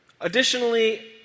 Additionally